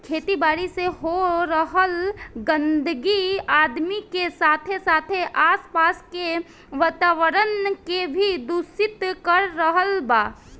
खेती बारी से हो रहल गंदगी आदमी के साथे साथे आस पास के वातावरण के भी दूषित कर रहल बा